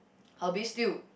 her beef stew